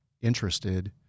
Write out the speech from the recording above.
interested